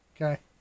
Okay